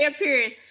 Period